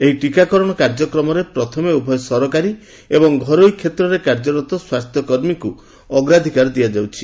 ଏହି ଟିକାକରଣ କାର୍ଯ୍ୟକ୍ମରେ ପ୍ରଥମେ ଉଭୟ ସରକାରୀ ଏବଂ ଘରୋଇ କ୍ଷେତ୍ରରେ କାର୍ଯ୍ୟରତ ସ୍ପାସ୍ଥ୍ୟକର୍ମୀଙ୍କୁ ଅଗ୍ରାଧିକାର ଦିଆଯାଉଛି